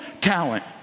talent